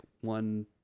one